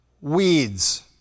Weeds